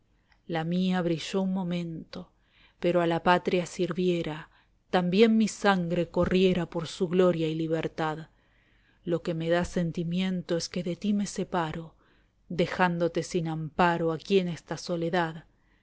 lá mía brilló un momento pero a la patria sirviera también mi sangre corriera por su gloria y libertad lo que me da sentimiento es que de tí me separo dejándote sin amparo aquí en esta soledad